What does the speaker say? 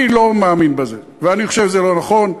אני לא מאמין בזה, ואני חושב שזה לא נכון,